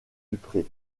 dupré